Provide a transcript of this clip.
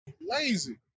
Lazy